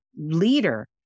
leader